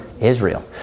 Israel